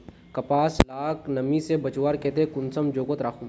कपास लाक नमी से बचवार केते कुंसम जोगोत राखुम?